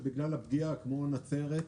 כמו נצרת,